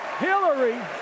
Hillary